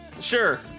Sure